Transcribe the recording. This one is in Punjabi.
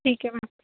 ਠੀਕ ਹੈ ਮੈਮ